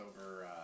over